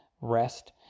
rest